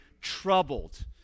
troubled